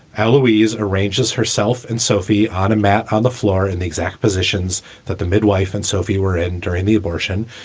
ah louise arranges herself and sophie automat on the floor in the exact positions that the midwife and sophie were in during the abortion.